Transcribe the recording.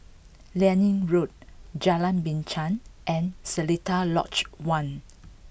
Liane Road Jalan Binchang and Seletar Lodge One